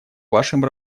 вашем